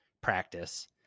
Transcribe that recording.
practice